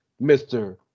Mr